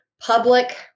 public